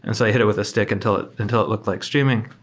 and so i hit it with a stick until it until it looked like streaming.